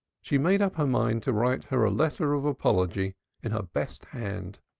she made up her mind to write her a letter of apology in her best hand.